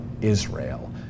Israel